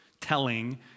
telling